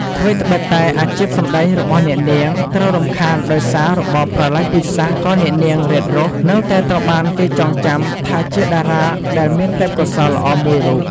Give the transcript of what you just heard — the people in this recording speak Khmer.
ថ្វីត្បិតតែអាជីពសម្តែងរបស់អ្នកនាងត្រូវរំខានដោយសាររបបប្រល័យពូជសាសន៍ក៏ អ្នកនាង រ៉េត រ៉ូស នៅតែត្រូវបានគេចងចាំថាជាតារាដែលមានទេពកោសល្យល្អមួយរូប។